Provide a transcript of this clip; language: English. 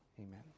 Amen